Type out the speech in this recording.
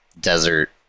desert